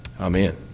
Amen